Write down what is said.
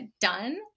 done